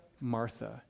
Martha